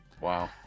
Wow